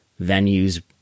venues